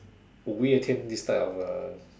we attain this type of uh